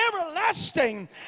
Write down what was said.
everlasting